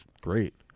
great